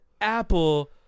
apple